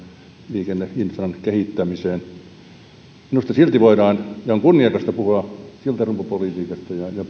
liikenneinfran kehittämiseen minusta silti voidaan ja on kunniakasta puhua siltarumpupolitiikasta ja ja